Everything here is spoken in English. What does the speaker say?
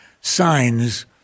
signs